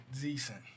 decent